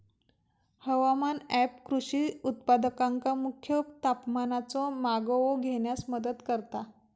हवामान ऍप कृषी उत्पादकांका मुख्य तापमानाचो मागोवो घेण्यास मदत करता